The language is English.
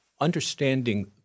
understanding